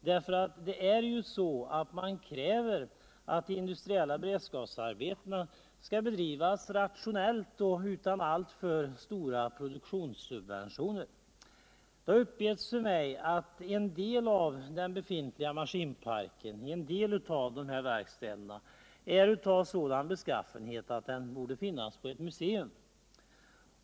Det är ju så att man kräver att de industriella beredskapsarbetena skall bedrivas rationellt utan alltför stora produktionssubventioner. Det har uppgetts för mig att en del av den befintliga maskinparken i en del av dessa verkstäder är av sådan beskaffenhet att den borde finnas på ou museum.